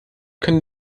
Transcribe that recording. könne